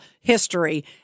history